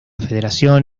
federación